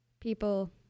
people